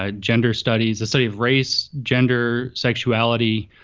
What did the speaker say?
ah gender studies the study of race, gender, sexuality,